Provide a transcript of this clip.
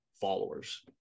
followers